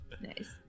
nice